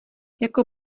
jako